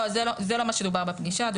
לא, זה לא מה שדובר בפגישה.